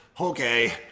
okay